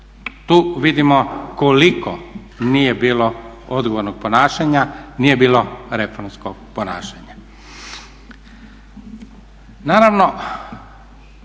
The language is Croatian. Tu vidimo koliko nije bilo odgovornog ponašanja, nije bilo reformskog ponašanja.